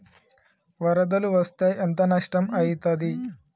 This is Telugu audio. వరదలు వస్తే ఎంత నష్టం ఐతది?